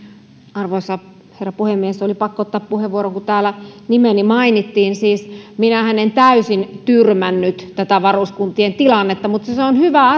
arvoisa herra puhemies oli pakko ottaa puheenvuoro kun täällä nimeni mainittiin siis minähän en täysin tyrmännyt tätä varuskuntien tilannetta mutta se se on hyvä